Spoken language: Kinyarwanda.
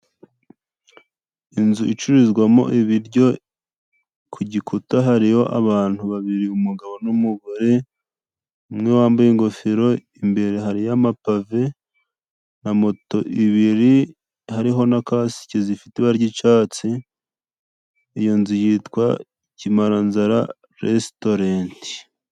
Inzu icururizwamo ibiryo ku gikuta hariho abantu babiri: umugabo n'umugore umwe wambaye ingofero. Imbere hariyo amapave na moto ibiri, hariho na kasiki zifite ibara ry'icyatsi. Iyo nzu yitwa Kimaranzara resitorenti.